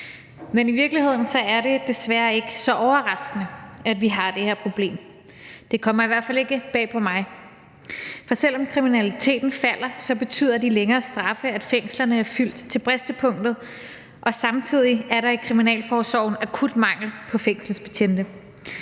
Men i virkeligheden er det desværre ikke så overraskende, at vi har det her problem. Det kommer i hvert fald ikke bag på mig, for selv om kriminaliteten falder, betyder de længere straffe, at fængslerne er fyldt til bristepunktet, og samtidig er der i kriminalforsorgen akut mangel på fængselsbetjente.